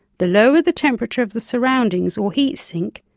the lower the temperature of the surroundings or heat sink,